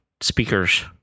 speakers